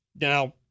Now